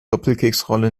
doppelkeksrolle